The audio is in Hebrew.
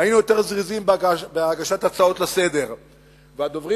היינו היותר-זריזים בהגשת הצעות לסדר-היום,